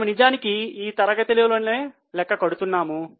మనము నిజానికి ఈ తరగతిలో లెక్క కడుతున్నాము